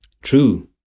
True